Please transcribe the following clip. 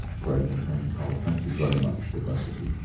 creagh mclean cole. thank you very much to both of you.